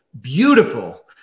beautiful